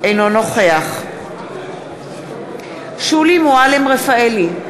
אינו נוכח שולי מועלם-רפאלי,